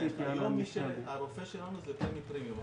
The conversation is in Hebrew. היום הרופא שלנו זו חברת פמי-פרימיום.